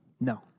No